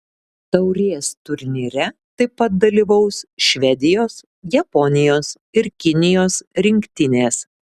taurės turnyre taip pat dalyvaus švedijos japonijos ir kinijos rinktinės